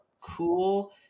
cool